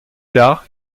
tard